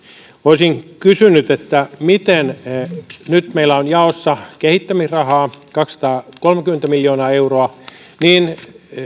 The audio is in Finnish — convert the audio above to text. olisin kysynyt sitä kun nyt meillä on jaossa kehittämisrahaa kaksisataakolmekymmentä miljoonaa euroa palveluprosessien